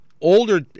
Older